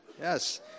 yes